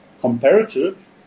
comparative